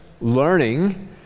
learning